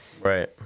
Right